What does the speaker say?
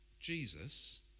Jesus